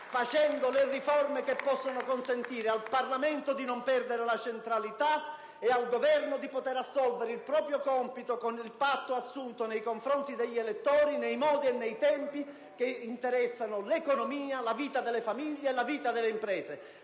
attuando le riforme che possono consentire al Parlamento di non perdere la centralità e al Governo di assolvere il proprio compito con il patto assunto nei confronti degli elettori, nei modi e nei tempi che interessano l'economia, la vita delle famiglie e la vita delle imprese.